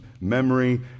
memory